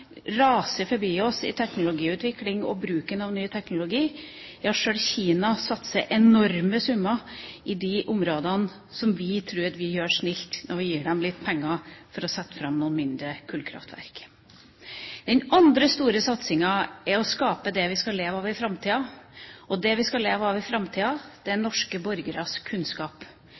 raser forbi oss i teknologiutvikling og i bruken av ny teknologi. Ja, sjøl Kina satser enorme summer på områder der vi tror at vi er snille når vi gir dem litt penger for å sette i gang noen mindre kullkraftverk. Den andre store satsingen er å skape det vi skal leve av i framtida, og det er norske borgeres kunnskap.